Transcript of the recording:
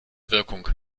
wirkung